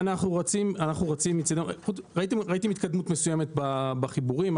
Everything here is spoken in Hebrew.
ראיתם התקדמות מסוימת בחיבורים,